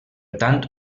tant